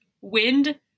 wind